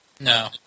No